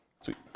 Sweet